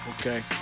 okay